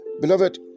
Beloved